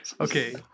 Okay